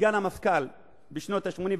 כסגן המפכ"ל בשנות ה-80 וה-90,